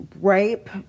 rape